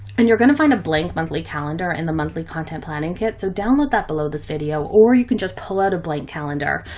and you're going to find a blank monthly calendar and the monthly content planning kit. so download that below this video, or you can just pull out a blank calendar.